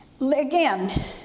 Again